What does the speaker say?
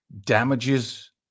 damages